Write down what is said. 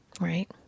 right